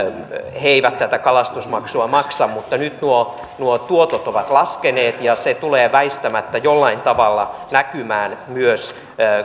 he eivät tätä kalastusmaksua maksa mutta nyt nuo nuo tuotot ovat laskeneet ja se tulee väistämättä jollain tavalla näkymään myös